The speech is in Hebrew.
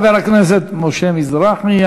בפטרונות, ללמד ערכים ישראליים.